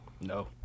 No